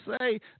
say